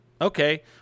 okay